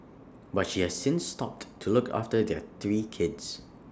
but she has since stopped to look after their three kids